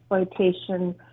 exploitation